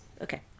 okay